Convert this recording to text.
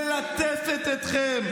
התקשורת המפנקת שלכם מלטפת אתכם,